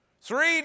Three